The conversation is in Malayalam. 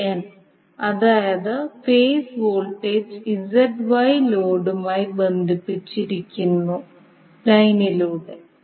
Van അതായത് ഫേസ് വോൾട്ടേജ് ZY ലോഡുമായി ബന്ധിപ്പിച്ചിരിക്കുന്നു ലൈനിലൂടെ